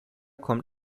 kommt